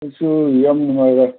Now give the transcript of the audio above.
ꯑꯩꯁꯨ ꯌꯥꯝ ꯅꯨꯡꯉꯥꯏꯔꯦ